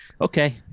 okay